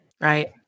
Right